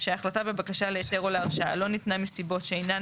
שההחלטה בבקשה להיתר או להרשאה לא ניתנה מסיבות שאינן